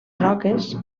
roques